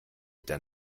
der